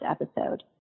episode